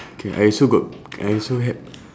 okay I also got I also had